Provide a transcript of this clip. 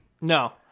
no